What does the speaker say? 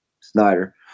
Snyder